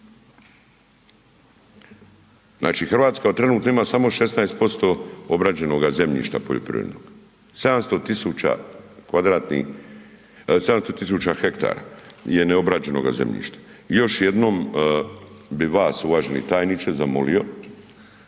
Znači Hrvatska trenutno ima samo 16% obrađenoga zemljišta poljoprivrednog. 700 tisuća hektara je neobrađenoga zemljišta. I još jednom bi vas, uvaženi tajniče zamolio